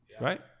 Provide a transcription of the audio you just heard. right